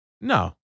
No